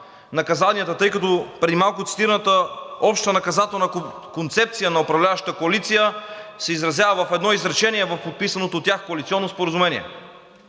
наказанията“, тъй като преди малко цитираната общонаказателна концепция на управляващата коалиция се изразява в едно изречение в подписаното от тях коалиционно споразумение.